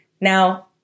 Now